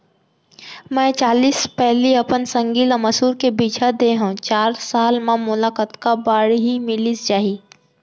मैं चालीस पैली अपन संगी ल मसूर के बीजहा दे हव चार साल म मोला कतका बाड़ही मिलिस जाही?